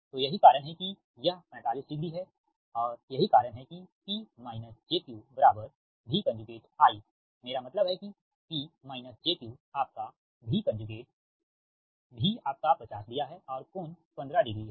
तो यही कारण है कि यह 45 डिग्री है और यही कारण है कि P - jQ V I मेरा मतलब है कि P jQ आपका V कंजुगेट V आपका 50 दिया है और कोण 15 डिग्री है